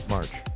March